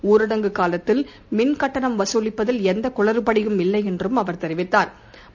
ஊரடங்கு காலத்தில் மின் கட்டணம் வகுலிப்பதில் எந்த குளறுபடியும் இல்லை என்றும் அவர் தெரிவித்தாள்